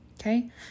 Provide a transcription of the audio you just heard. Okay